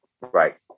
Right